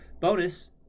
bonus